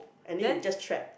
and then you just trap